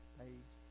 page